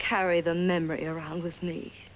carry the memory around with me